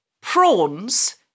prawns